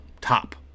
top